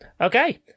Okay